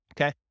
okay